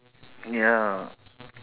ya